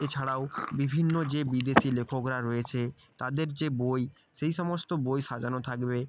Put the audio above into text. এছাড়াও বিভিন্ন যে বিদেশী লেখকরা রয়েছে তাদের যে বই সেই সমস্ত বই সাজানো থাকবে